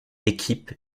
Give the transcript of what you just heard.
équipe